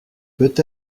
peut